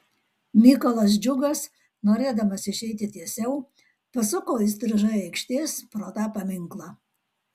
mykolas džiugas norėdamas išeiti tiesiau pasuko įstrižai aikštės pro tą paminklą